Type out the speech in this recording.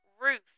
roof